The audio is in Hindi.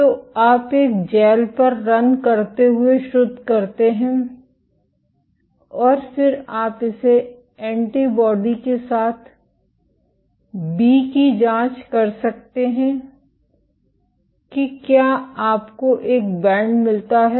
तो आप एक जैल पर रन करते हुए शुद्ध करते हैं और फिर आप इसे एंटीबॉडी के साथ बी की जांच कर सकते हैं कि क्या आपको एक बैंड मिलता है